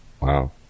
wow